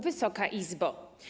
Wysoka Izbo!